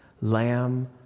Lamb